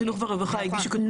החינוך והרווחה הגישו ---.